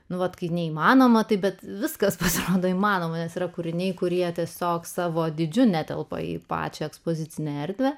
nu vat kaip neįmanoma taip bet viskas pasirodo įmanoma nes yra kūriniai kurie tiesiog savo dydžiu netelpa į pačią ekspozicinę erdvę